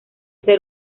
ser